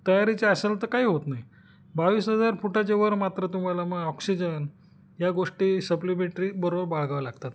तयारीचे असाल तर काही होत नाही बावीस हजार फुटाच्या वर मात्र तुम्हाला मग ऑक्सिजन या गोष्टी सप्लिमेंटरी बरोबर बाळगाव्या लागतात